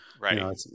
Right